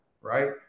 Right